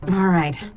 all right.